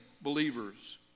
believers